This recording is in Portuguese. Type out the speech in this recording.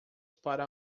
para